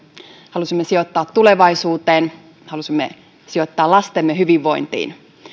halusimme sijoittaa tulevaisuuteen halusimme sijoittaa lastemme hyvinvointiin